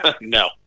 No